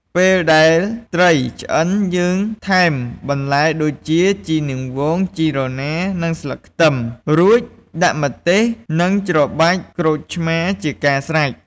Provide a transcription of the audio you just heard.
ពេលដែលត្រីឆ្អឹងយើងថែមបន្លែដូចជា ជីនាងវង ជីរណា និងស្លឹកខ្ទឹម រួចដាក់ម្ទេសនិងច្របាច់ក្រូចឆ្មាជាការស្រេច។